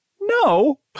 No